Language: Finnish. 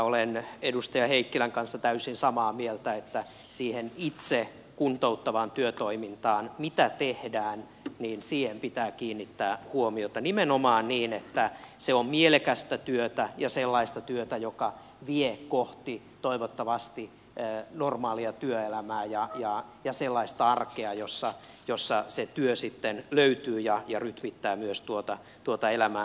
olen edustaja heikkilän kanssa täysin samaa mieltä että siihen itse kuntouttavaan työtoimintaan mitä tehdään pitää kiinnittää huomiota nimenomaan niin että se on mielekästä työtä ja sellaista työtä joka vie toivottavasti kohti normaalia työelämää ja sellaista arkea jossa se työ sitten löytyy ja rytmittää myös tuota elämää eteenpäin